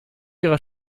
ihrer